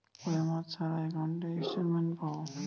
কয় মাস ছাড়া একাউন্টে স্টেটমেন্ট পাব?